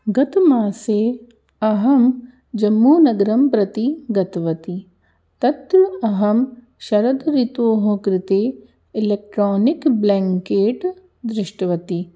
गतमासे अहं जम्मूनगरं प्रति गतवती तत्र अहं शरद् ऋतोः कृते इलेक्ट्रानिक् ब्लेङ्केट् दृष्टवती